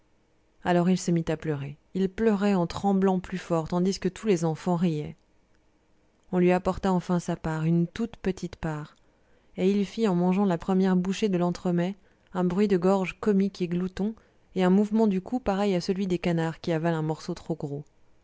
alors il se mit à pleurer il pleurait en tremblant plus fort tandis que tous les enfants riaient on lui apporta enfin sa part une toute petite part et il fit en mangeant la première bouchée de l'entremets un bruit de gorge comique et glouton et un mouvement du cou pareil à celui des canards qui avalent un morceau trop gros